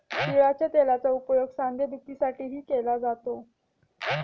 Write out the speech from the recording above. तिळाच्या तेलाचा उपयोग सांधेदुखीसाठीही केला जातो